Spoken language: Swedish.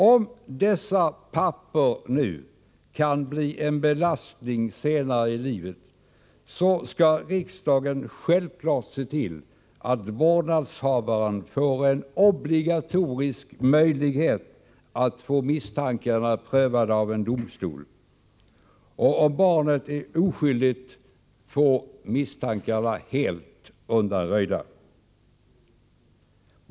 Om dessa papper nu kan bli en belastning senare i livet, skall riksdagen självfallet se till att barnets vårdnadshavare får en obligatorisk möjlighet att få misstankarna prövade av domstol — och om barnet är oskyldigt få misstankarna undanröjda.